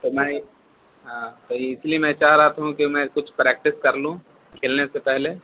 تو میں ہاں تو اسی لیے میں چاہ رہا ہوں کہ میں کچھ پریکٹس کر لوں کھیلنے سے پہلے